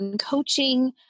coaching